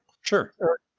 Sure